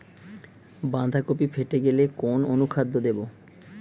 বাঁধাকপি ফেটে গেলে কোন অনুখাদ্য দেবো?